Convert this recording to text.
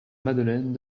madeleine